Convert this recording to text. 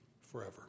forever